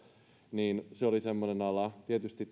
se oli semmoinen ala tietysti